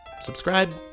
Subscribe